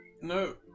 No